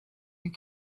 your